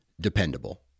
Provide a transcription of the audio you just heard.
dependable